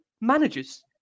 managers